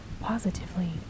positively